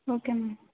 okay ma'am